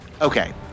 Okay